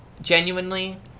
genuinely